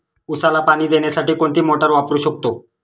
उसाला पाणी देण्यासाठी कोणती मोटार वापरू शकतो?